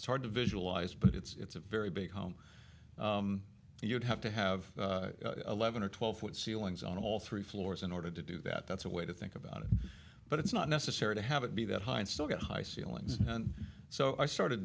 house hard to visualize but it's a very big home and you'd have to have eleven or twelve foot ceilings on all three floors in order to do that that's a way to think about it but it's not necessary to have it be that high and still get high ceilings and so i started